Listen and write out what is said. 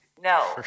no